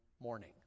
morning